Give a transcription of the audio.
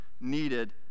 needed